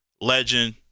Legend